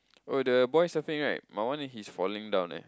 oh the boy setting right my one he is falling down leh